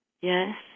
Yes